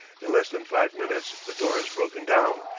in less than five minutes the door is broken down,